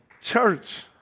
Church